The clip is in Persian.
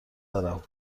دارم